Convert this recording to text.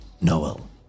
Noel